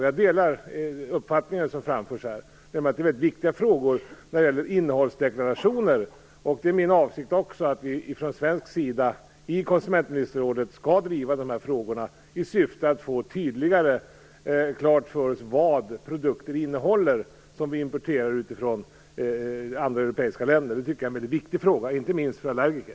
Jag delar den uppfattning som framförs. Frågan om innehållsdeklarationer är mycket viktig. Det är min avsikt att vi från svensk sida skall driva de här frågorna i konsumentministerrådet i syfte att få tydligare klargjort vad de produkter innehåller som vi importerar från andra europeiska länder. Det är en mycket viktig fråga, inte minst för allergiker.